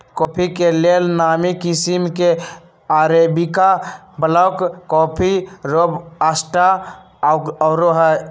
coffee के लेल नामी किशिम में अरेबिका, ब्लैक कॉफ़ी, रोबस्टा आउरो हइ